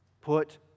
Put